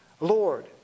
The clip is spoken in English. Lord